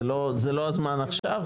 זה לא הזמן עכשיו,